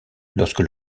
lorsque